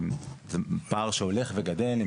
זה פער שהולך וגדל.